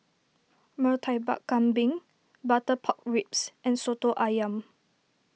Murtabak Kambing Butter Pork Ribs and Soto Ayam